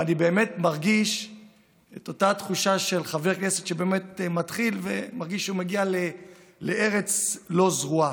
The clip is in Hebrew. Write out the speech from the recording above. ואני באמת מרגיש את אותה תחושה של חבר כנסת שמתחיל ומגיע לארץ לא זרועה.